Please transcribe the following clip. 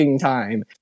time